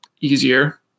easier